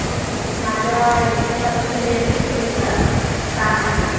हो हो माझ्या याच्यानुसार पण जे एन एमच तुम्ही करा छान आहे